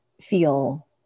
feel